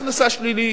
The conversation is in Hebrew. ומס הכנסה שלילי,